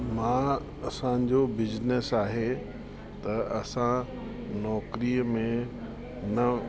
मां असांजो बिजनस आहे त असां नौकिरीअ में न